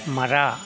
ಮರ